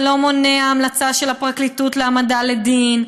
זה לא מונע המלצה של הפרקליטות להעמדה לדין.